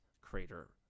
crater